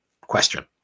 question